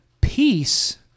Peace